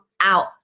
out